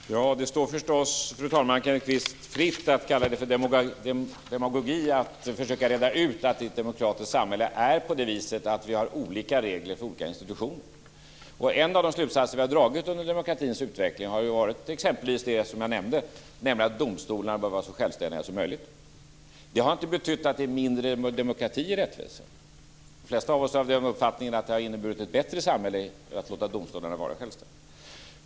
Fru talman! Det står förstås Kenneth Kvist fritt att kalla det för demagogi att jag försöker reda ut att vi i ett demokratiskt samhälle har olika regler för olika institutioner. En av de slutsatser vi har dragit under demokratins utveckling har varit t.ex. det som jag nämnde, att domstolarna bör vara så självständiga som möjligt. Det har inte betytt mindre demokrati i rättvisan. De flesta av oss är av uppfattningen att det har inneburit ett bättre samhälle att låta domstolarna vara självständiga.